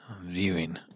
Viewing